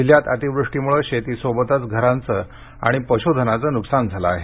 जिल्ह्यात अतिवृष्टीमुळे शेतीसोबतच घरांचे आणि पशुधनाचे नुकसान झाले आहे